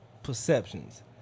perceptions